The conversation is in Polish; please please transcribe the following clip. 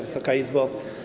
Wysoka Izbo!